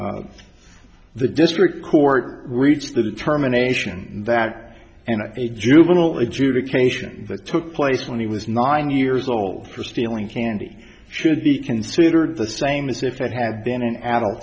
the district court reached the determination that and a juvenile adjudication that took place when he was nine years old for stealing candy should be considered the same as if it had been an adult